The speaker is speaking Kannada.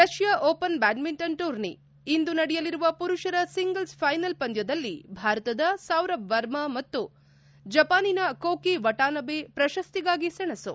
ರಷ್ನಾ ಓಪನ್ ಬ್ನಾಡ್ನಿಂಟನ್ ಟೂರ್ನಿ ಇಂದು ನಡೆಯಲಿರುವ ಮರುಷರ ಸಿಂಗಲ್ಸ್ ಫೈನಲ್ ಪಂದ್ದದಲ್ಲಿ ಭಾರತದ ಸೌರಭ್ ವರ್ಮಾ ಮತ್ತು ಜಪಾನಿನ ಕೋಕಿ ವಟಾನಬೆ ಪ್ರಶಸ್ತಿಗಾಗಿ ಸೇಣಸು